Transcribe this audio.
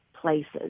places